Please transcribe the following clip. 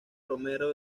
romero